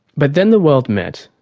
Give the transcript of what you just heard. but then the world met,